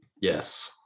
Yes